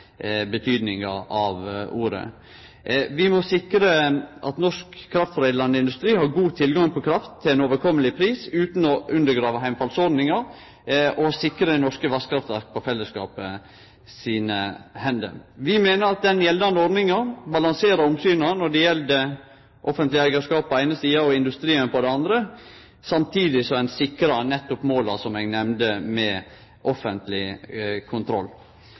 betydningar av ordet. Vi må sikre at norsk kraftforedlande industri har god tilgang på kraft til ein overkommeleg pris, utan å undergrave heimfallsordninga, og sikre norske vasskraftverk på fellesskapet sine hender. Vi meiner at den gjeldande ordninga balanserer omsyna når det gjeld offentleg eigarskap på den eine sida og industrien på den andre, samtidig som ein sikrar nettopp måla som eg nemnde, med offentleg kontroll.